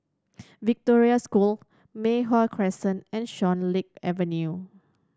Victoria School Mei Hwan Crescent and Swan Lake Avenue